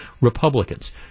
Republicans